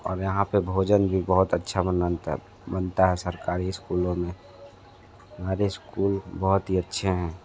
और यहाँ पर भोजन भी बहुत अच्छा बनता है बनता है सरकारी इस्कूलों में हमारे इस्कूल बहुत ही अच्छे हैं